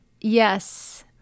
Yes